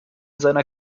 seiner